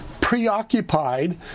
preoccupied